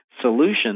solution